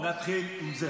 בוא נתחיל עם זה.